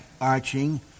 arching